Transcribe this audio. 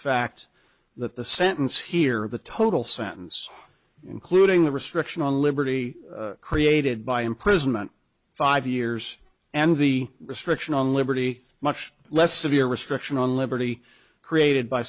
fact that the sentence here the total sentence including the restriction on liberty created by imprisonment five years and the restriction on liberty much less severe restriction on liberty created by